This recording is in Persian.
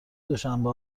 دوشنبه